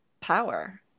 power